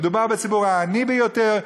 מדובר בציבור העני ביותר,